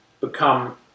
become